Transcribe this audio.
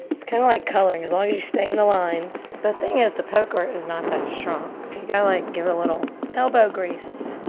it's kinda like coloring, as long as you stay in the lines. the thing is, the poker is not that strong, so you gotta, like, give it a little elbow grease.